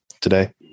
today